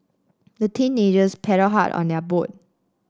the teenagers paddled hard on their boat